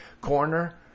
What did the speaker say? corner